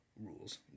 Rules